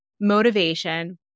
motivation